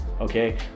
okay